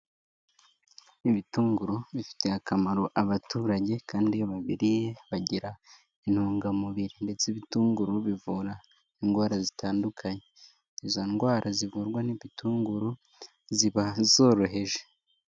Ibitunguru bifitiye akamaro abaturage kandi iyo babiriye bagira intungamubiri ndetse ibitunguru bivura indwara zitandukanye. Izo ndwara zivurwa n'ibitunguru ziba zoroheje.